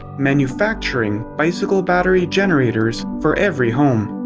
manufacturing bicycle-battery-generators for every home.